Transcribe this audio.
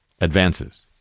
Advances